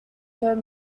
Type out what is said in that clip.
third